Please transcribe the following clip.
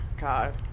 god